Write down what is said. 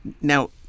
Now